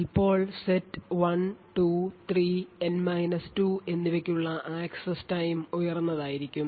ഇപ്പോൾ set 1 2 3 N 2 എന്നിവയ്ക്കുള്ള access സമയം ഉയർന്നതായിരിക്കും